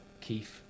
Keith